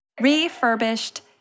refurbished